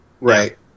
Right